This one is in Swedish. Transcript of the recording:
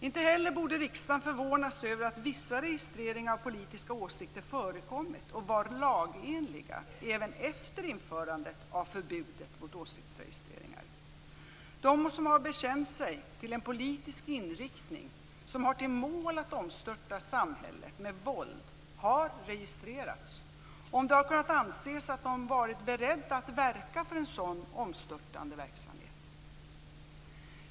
Inte heller borde riksdagen förvånas över att vissa registreringar av politiska åsikter förekommit och varit lagenliga även efter införandet av förbudet mot åsiktsregistreringar. De som har bekänt sig till en politisk inriktning som har till mål att omstörta samhället med våld har registrerats om det har kunnat anses att de varit beredda att verka för en sådan omstörtande verksamhet.